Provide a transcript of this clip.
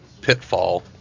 pitfall